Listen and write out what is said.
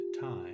time